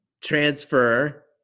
transfer